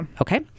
Okay